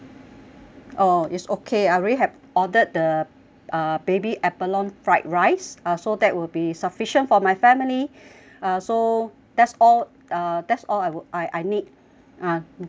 oh it's okay I've already ordered the baby abalone fried rice uh so that will be sufficient for my family uh so that's all uh that's all I would I I need ah do